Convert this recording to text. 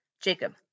Jacob